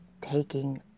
taking